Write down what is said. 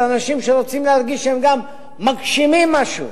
אנשים שרוצים להרגיש שהם גם מגשימים משהו.